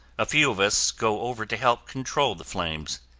a few of us go over to help control the flames.